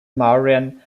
mauryan